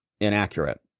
inaccurate